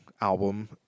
album